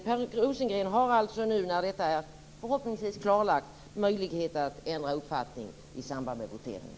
Per Rosengren har nu, när detta förhoppningsvis är klarlagt, möjlighet att ändra uppfattning i samband med voteringen.